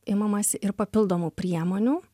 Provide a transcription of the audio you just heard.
imamasi ir papildomų priemonių